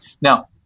Now